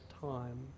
time